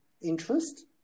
interest